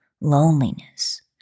loneliness